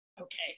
Okay